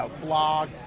blog